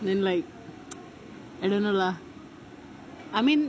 then like I don't know lah I mean